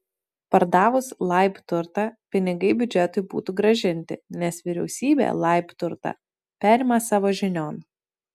pardavus laib turtą pinigai biudžetui būtų grąžinti nes vyriausybė laib turtą perima savo žinion